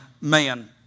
man